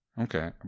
Okay